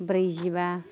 ब्रैजिबा